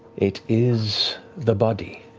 it is the body